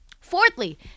Fourthly